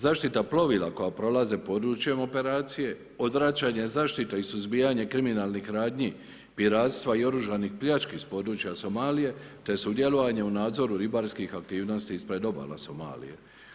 Zaštita plovila koja prolaze područjem operacije, odvraćanja zaštite i suzbijanja kriminalnih radnji, piranstva i oružanih pljački s područja Somalije, te sudjelovanje u nadzoru ribarskih aktivnosti ispred obala Somalije.